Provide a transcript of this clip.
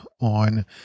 on